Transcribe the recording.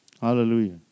Hallelujah